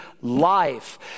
life